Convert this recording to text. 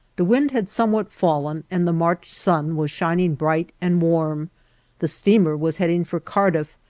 the wind had somewhat fallen and the march sun was shining bright and warm the steamer was heading for cardiff,